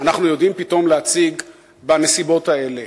אנחנו יודעים פתאום להציג בנסיבות האלה,